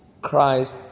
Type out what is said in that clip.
Christ